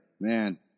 Man